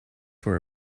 for